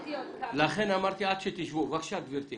בבקשה, גבירתי.